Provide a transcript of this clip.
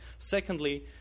Secondly